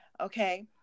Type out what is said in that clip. Okay